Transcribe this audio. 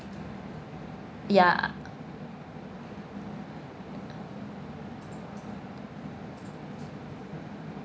ya